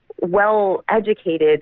well-educated